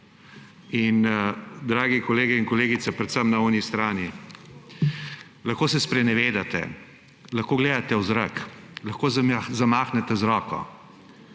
In dragi kolegi in kolegice, predvsem na oni strani, lahko se sprenevedate, lahko gledate v zrak, lahko zamahnete z roko,